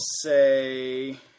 say